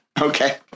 Okay